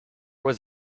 was